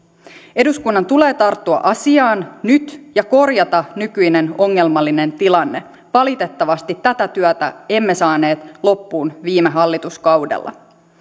eduskunnan tulee tarttua asiaan nyt ja korjata nykyinen ongelmallinen tilanne valitettavasti tätä työtä emme saaneet loppuun viime hallituskaudella